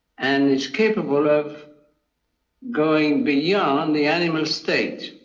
and is capable of going beyond the animal state.